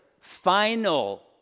final